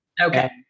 Okay